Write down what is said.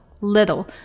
little